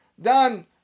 done